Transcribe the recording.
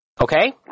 Okay